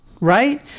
Right